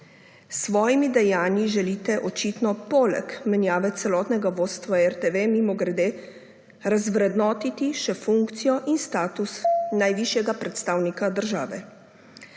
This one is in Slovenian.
svojimi dejanji očitno želite poleg menjave celotnega vodstva RTV mimogrede razvrednotiti še funkcijo in status najvišjega predstavnika države.